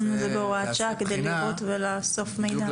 שמנו את זה בהוראת שעה כדי לראות ולאסוף מידע.